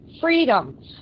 Freedom